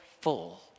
full